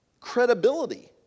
credibility